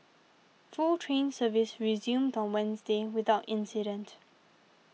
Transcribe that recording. full train service resumed on Wednesday without incident